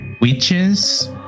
witches